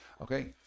Okay